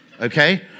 okay